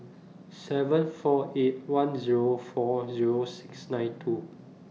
seven four eight one Zero four Zero six nine two